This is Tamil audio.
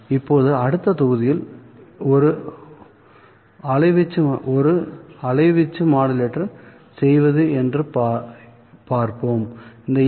இப்போது அடுத்த தொகுதியில் ஒரு எப்படி அலைவீச்சு மாடுலேட்டர் செய்வது என்று பார்ப்போம்